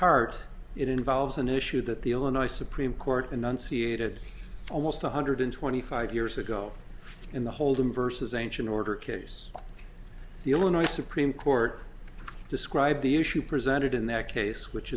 heart it involves an issue that the illinois supreme court enunciated almost one hundred twenty five years ago in the holding versus ancient order case the illinois supreme court described the issue presented in that case which